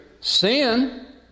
sin